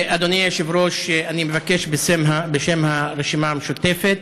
אדוני היושב-ראש, אני מבקש בשם הרשימה המשותפת